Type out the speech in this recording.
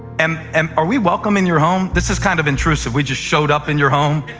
um um are we welcome in your home? this is kind of intrusive. we just showed up in your home.